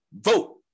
vote